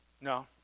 no